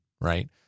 right